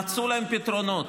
מצאו להם פתרונות,